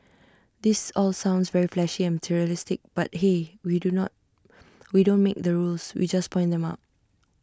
this all sounds very flashy and materialistic but hey we do not we don't make the rules we just point them out